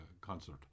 concert